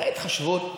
זו התחשבות.